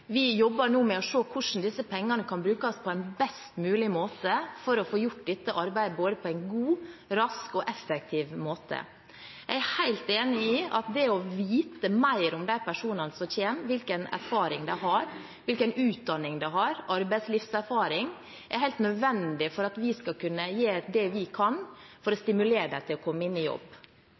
Vi jobber nå med å se på hvordan disse pengene kan brukes på en best mulig måte for å få gjort dette arbeidet på en god, rask og effektiv måte. Jeg er helt enig i at det å vite mer om de personene som kommer, hvilken erfaring de har, hvilken utdanning de har, arbeidslivserfaring, er helt nødvendig for at vi skal kunne gjøre det vi kan for å stimulere dem til å komme i jobb.